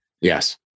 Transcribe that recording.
Yes